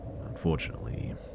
Unfortunately